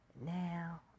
Now